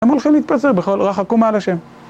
הם הולכים להתפצל בכל, רחקו מעל ה'